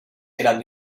eran